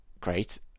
Great